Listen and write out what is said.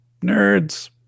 nerds